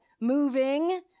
Moving